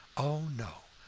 oh no!